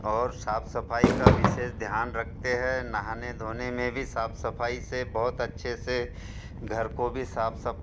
और साफ़ सफ़ाई का विशेष ध्यान रखते हैं नहाने धोने में भी साफ़ सफ़ाई से बहुत अच्छे से घर को भी साफ़ सब